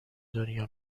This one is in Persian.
دنیا